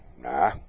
Nah